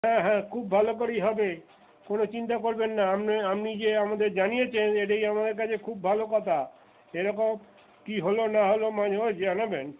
হ্যাঁ হ্যাঁ খুব ভালো করেই হবে কোনো চিন্তা করবেন না আপনি আপনি যে আমাদের জানিয়েছেন এটাই আমাদের কাছে খুব ভালো কথা এরকম কী হলো না হলো মাঝে মাঝে জানাবেন